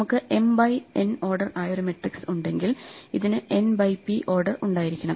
നമുക്ക് m by n order ആയ ഒരു മെട്രിക്സ് ഉണ്ടെങ്കിൽ ഇതിന് n ബൈ p ഓർഡർ ഉണ്ടായിരിക്കണം